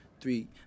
three